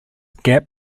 gap